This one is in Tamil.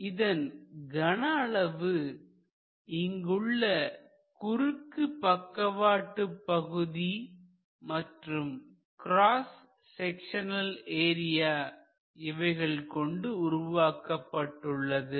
இதன் கன அளவு இங்குள்ள குறுக்கு பக்கவாட்டு பகுதி மற்றும் கிராஸ் செக்சநல் ஏரியா இவைகள் கொண்டு உருவாக்கப்பட்டுள்ளது